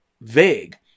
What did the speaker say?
vague